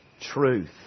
truth